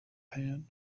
pan